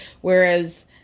whereas